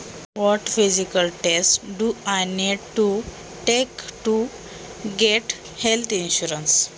मला आरोग्य विमा काढण्यासाठी कोणत्या शारीरिक तपासण्या कराव्या लागतील?